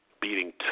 beating